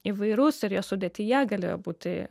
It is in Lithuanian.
įvairus ir jo sudėtyje galėjo būti